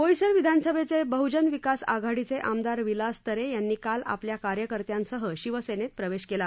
बोईसर विधानसभेचे बह्जन विकास आघाडीचे आमदार विलास तरे यांनी काल आपल्या कार्यकर्त्यांसह शिवसेनेत प्रवेश केला